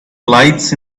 lights